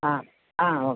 ஆ ஆ ஓகே